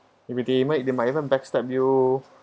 it may can even they might even backstab you